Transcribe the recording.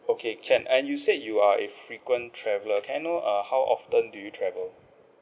okay can and you said you are a frequent traveler can I know uh how often do you travel